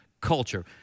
culture